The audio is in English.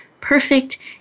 perfect